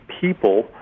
people